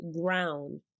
ground